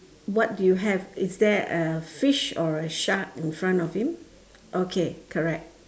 what do you have is there a fish or a shark in front of him okay correct